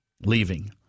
leaving